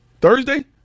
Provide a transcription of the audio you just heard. Thursday